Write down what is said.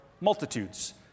multitudes